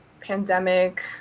pandemic